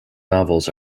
novels